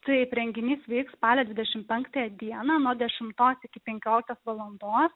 taip renginys vyks spalio dvidešim penktąją dieną nuo dešimtos iki penkioliktos valandos